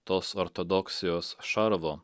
tos ortodoksijos šarvo